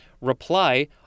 Reply